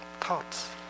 thoughts